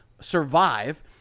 survive